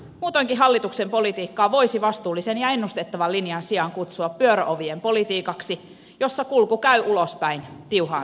muutoinkin hallituksen politiikkaa voisi vastuullisen ja ennustettavan linjan sijaan kutsua pyöröovien politiikaksi jossa kulku käy ulospäin tiuhaan tahtiin